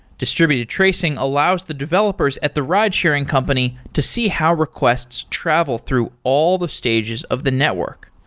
distributed tracing allows the developers at the ridesharing company to see how requests travel through all the stages of the network.